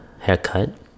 haircut